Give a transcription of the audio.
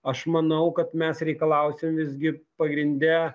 aš manau kad mes reikalausim visgi pagrinde